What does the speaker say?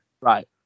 Right